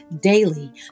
daily